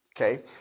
Okay